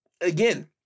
again